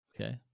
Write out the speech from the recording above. Okay